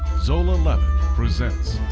zola levitt presents.